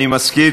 אני מזכיר,